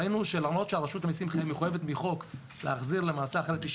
למרות שרשות המיסים מחויבת בחוק להחזיר אחרי 90